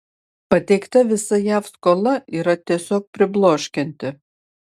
pateikta visa jav skola yra tiesiog pribloškianti